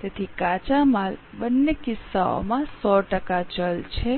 તેથી કાચા માલ બંને કિસ્સાઓમાં 100 ટકા ચલ છે